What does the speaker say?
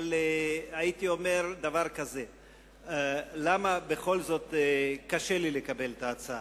בכל זאת, למה קשה לי לקבל את ההצעה?